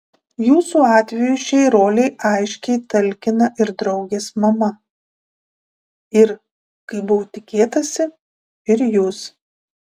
jūsų atveju šiai rolei aiškiai talkina ir draugės mama ir kaip buvo tikėtasi ir jūs